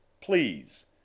please